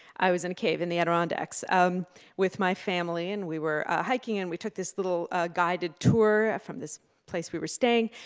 i was in a cave in the adirondacks um with my family, and we were hiking, and we took this little guided tour from this place we were staying,